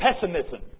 pessimism